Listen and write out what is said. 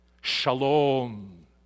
Shalom